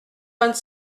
vingt